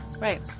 Right